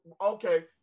Okay